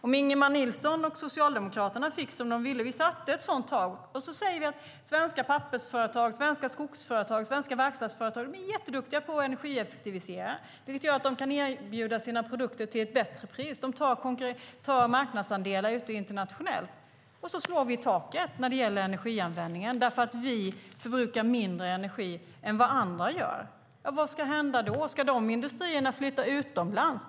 Om Ingemar Nilsson och Socialdemokraterna får som de vill, om vi sätter ett sådant tak - vi vet att svenska pappersföretag, svenska skogsföretag, svenska verkstadsföretag är jätteduktiga på att energieffektivisera, vilket gör att de kan erbjuda sina produkter till ett bättre pris och ta marknadsandelar internationellt - och så slår vi i taket när det gäller energianvändningen för att vi förbrukar mindre energi än vad andra gör, vad ska hända då? Ska de industrierna flytta utomlands?